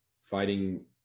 fighting